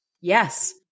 Yes